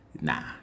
nah